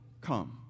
come